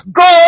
go